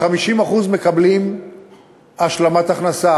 50% מקבלים השלמת הכנסה.